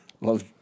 Love